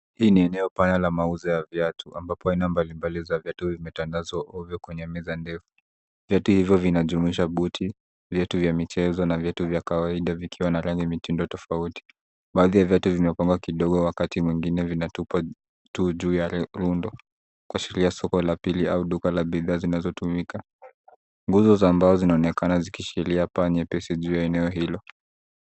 Hii ni eneo pana la mauzo ya viatu ambapo aina mbalimbali za viatu zimetandazwa ovyo kwenye meza ndefu. Viatu hivyo vinajumuisha buti, viatu vya michezo na viatu vya kawaida vikiwa na rangi mitindo tofauti. Baadhi ya viatu vimepangwa kidogo wakati mwingine vinatupwa tu juu ya rundo kuashiria soko la pili au duka la bidhaa zinazotumika. Nguzo za mbao zinaonekana zikishikilia paa nyepesi juu ya eneo hilo.